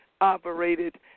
operated